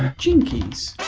jinkies!